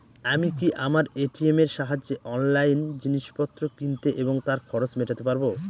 আমি কি আমার এ.টি.এম এর সাহায্যে অনলাইন জিনিসপত্র কিনতে এবং তার খরচ মেটাতে পারব?